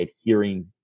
adhering